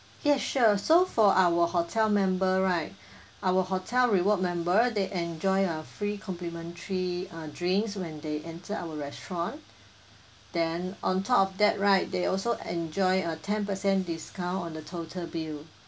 yes sure so for our hotel member right our hotel reward member they enjoy a free complimentary uh drinks when they enter our restaurant then on top of that right they also enjoy a ten percent discount on the total bill